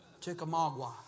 Chickamauga